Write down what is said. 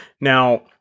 Now